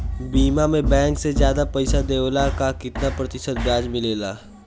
बीमा में बैंक से ज्यादा पइसा देवेला का कितना प्रतिशत ब्याज मिलेला?